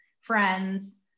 friends